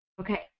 Okay